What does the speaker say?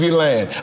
land